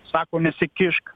sako nesikišk